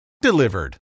Delivered